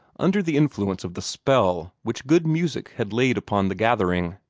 under the influence of the spell which good music had laid upon the gathering.